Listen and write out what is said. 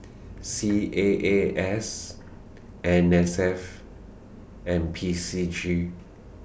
C A A S N S F and P C G